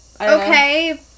Okay